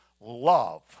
love